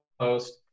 post